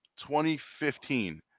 2015